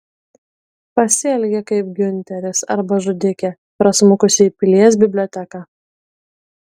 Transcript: pasielgė kaip giunteris arba žudikė prasmukusi į pilies biblioteką